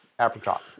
apricot